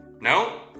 No